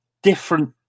different